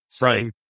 Right